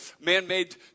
man-made